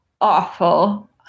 awful –